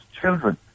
children